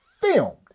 filmed